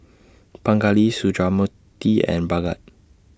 Pingali Sundramoorthy and Bhagat